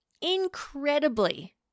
incredibly